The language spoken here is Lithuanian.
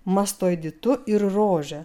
mastoiditu ir rože